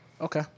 Okay